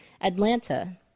Atlanta